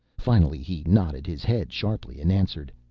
finally he nodded his head sharply, and answered.